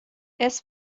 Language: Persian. اسم